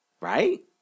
Right